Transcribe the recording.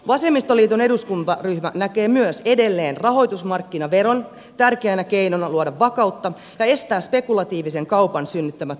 vasemmistoliiton eduskuntaryhmä näkee myös edelleen rahoitusmarkkinaveron tärkeänä keinona luoda vakautta ja estää spekulatiivisen kaupan synnyttämät kuplat